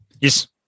Yes